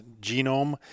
genome